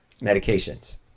medications